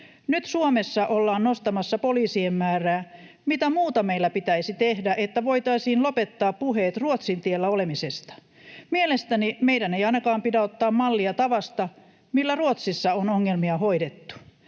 Nyt Suomessa ollaan nostamassa poliisien määrää. Mitä muuta meillä pitäisi tehdä, että voitaisiin lopettaa puheet Ruotsin tiellä olemisesta? Mielestäni meidän ei ainakaan pidä ottaa mallia tavasta, millä Ruotsissa on ongelmia hoidettu.